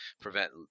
prevent